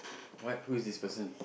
what who is this person